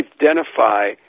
identify